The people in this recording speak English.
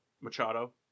Machado